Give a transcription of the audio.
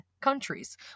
countries